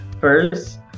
First